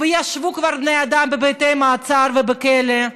וישבו כבר בני אדם בבתי מעצר ובכלא,